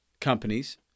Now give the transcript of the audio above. companies